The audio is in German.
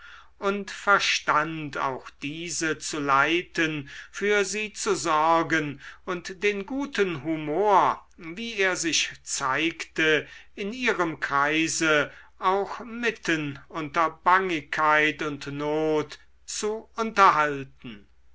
und verstand auch diese zu leiten für sie zu sorgen und den guten humor wie er sich zeigte in ihrem kreise auch mitten unter bangigkeit und not zu unterhalten